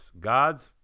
God's